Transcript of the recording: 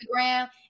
Instagram